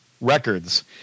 records